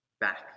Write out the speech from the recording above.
back